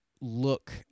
look